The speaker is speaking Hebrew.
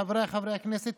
חבריי חברי הכנסת,